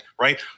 right